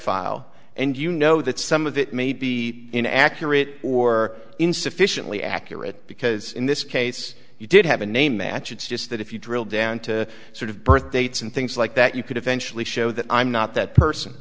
file and you know that some of it may be in accurate or insufficiently accurate because in this case you did have a name match it's just that if you drill down to sort of birth dates and things like that you could eventually show that i'm not that person